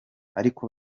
ariko